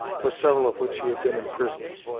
for several of which he had been imprisoned,